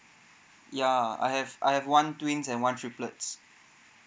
ya I have I have one twins and one triplets